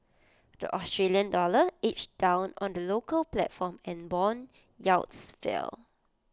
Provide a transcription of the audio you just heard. the Australian dollar edged down on the local platform and Bond yields fell